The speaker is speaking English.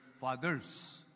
fathers